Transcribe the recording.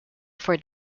for